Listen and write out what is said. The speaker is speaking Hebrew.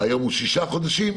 אבל התקופה קוצרה לשישה חודשים.